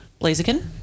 Blaziken